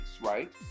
right